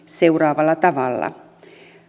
seuraavalla tavalla